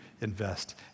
invest